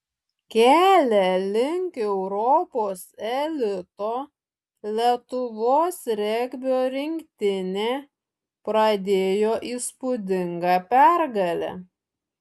kelią link europos elito lietuvos regbio rinktinė pradėjo įspūdinga pergale